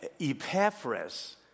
Epaphras